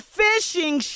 fishing